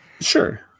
Sure